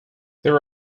there